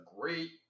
great